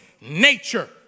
nature